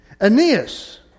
Aeneas